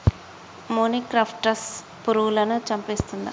మొనిక్రప్టస్ పురుగులను చంపేస్తుందా?